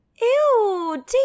Ew